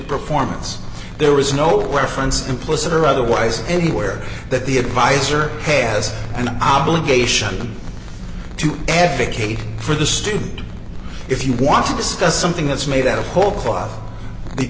performance there is no reference implicit or otherwise anywhere that the advisor has an obligation to advocate for the student if you want to discuss something that's made out of